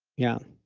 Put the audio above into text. yeah.